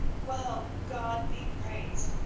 well, god be praised,